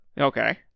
Okay